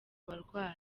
barwayi